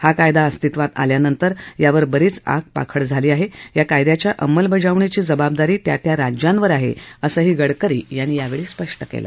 हा कायदा अस्तित्वात आल्यानंतर यावर बरीच आगपाखड झाली आहे या कायद्याच्या अंमलबजावणीची जबाबदारी त्या त्या राज्यांवर आहे असंही त्यांनी यावेळी स्पष्ट केलं